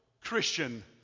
Christian